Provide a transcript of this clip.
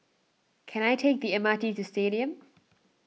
can I take the M R T to Stadium